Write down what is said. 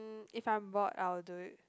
mm if I'm bored I will do it